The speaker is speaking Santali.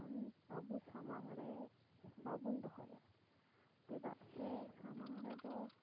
ᱛᱚᱠᱷᱚᱱ ᱟᱵᱚ ᱥᱟᱢᱟᱝ ᱨᱮ ᱵᱟᱵᱚᱱ ᱫᱚᱦᱚᱭᱟ ᱪᱮᱫᱟᱜ ᱥᱮ ᱥᱟᱢᱟᱝ ᱨᱮᱫᱚ